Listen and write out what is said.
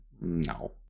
no